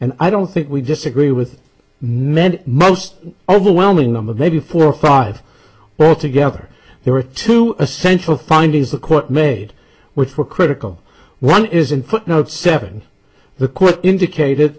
and i don't think we disagree with many most overwhelming them of maybe four or five but together they were two essential findings the court made which were critical one is in footnote seven the court indicated